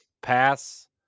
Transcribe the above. pass